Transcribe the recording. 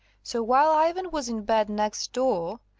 so while ivan was in bed next door,